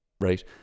right